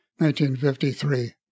1953